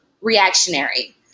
reactionary